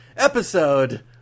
Episode